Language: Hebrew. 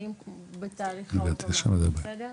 זכאים בתהליך --- בסדר?